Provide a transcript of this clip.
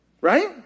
Right